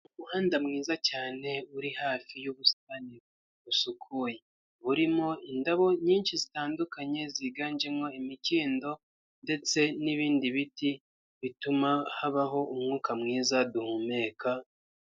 Umuhanda mwiza cyane uri hafi y'ubusitani busukuye, burimo indabo nyinshi zitandukanye ziganjemo imikindo ndetse n'ibindi biti bituma habaho umwuka mwiza duhumeka.